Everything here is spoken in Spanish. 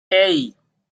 hey